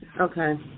Okay